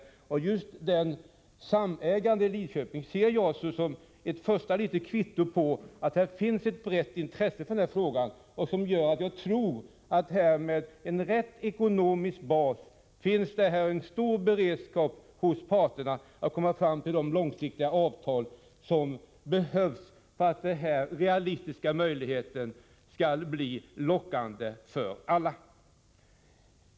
Detta samägande i Lidköping ser jag som ett första kvitto på att det finns ett brett intresse för frågan, och jag tror att det med en riktig ekonomisk bas finns en stor beredskap hos parterna att komma fram till de långsiktiga avtal som behövs för att den här realistiska möjligheten skall bli lockande för alla.